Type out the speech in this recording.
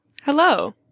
Hello